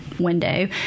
Window